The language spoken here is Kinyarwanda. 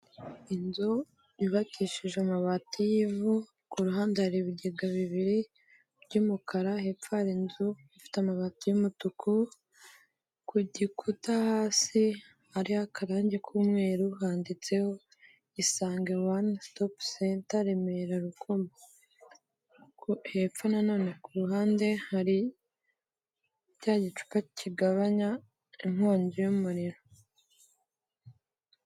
Inzu yubakishije amabati y'ivu, ku ruhande hari ibigega bibiri by'umukara, hepfo hari inzu ifite amabati y'umutuku, ku gikuta hasi hariho akarangi k'umweru handitseho, isange one stop center Remera Rukoma. Hepfo na none kuruhande hari cya gicupa kigabanya inkongi y'umuriro.